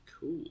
Cool